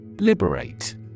Liberate